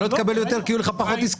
אתה לא תקבל יותר, כי יהיו לך פחות עסקאות.